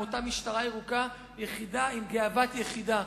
מאותה משטרה ירוקה יחידה עם גאוות יחידה,